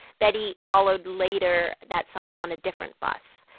betty followed later that summer on a different bus.